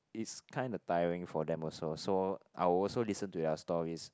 it's kinda tiring for them also so I will also listen to their stories